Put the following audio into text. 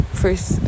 first